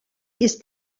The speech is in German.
ist